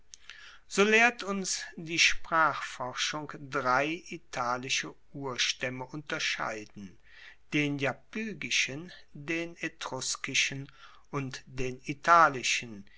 so lehrt uns die sprachforschung drei italische urstaemme unterscheiden den iapygischen den etruskischen und den italischen